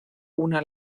una